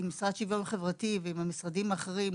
עם המשרד לשוויון חברתי ועם המשרדים האחרים,